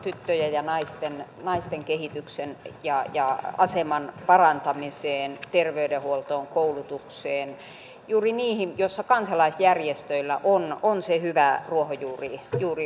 tyttöjen ja naisten kehityksen ja aseman parantamiseen terveydenhuoltoon koulutukseen juuri niihin joissa kansalaisjärjestöillä on se hyvä ruohonjuuriote